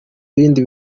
bindi